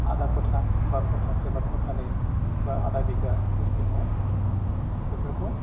आदा खथा बा खथासे बा खथानै बा आदा बिघा सिस्टेमाव बेफोरखौ